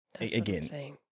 again